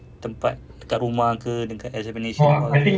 tempat dekat rumah ke dekat examination hall